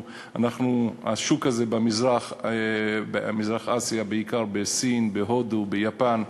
השוק הזה במזרח-אסיה, בעיקר בסין, בהודו, ביפן,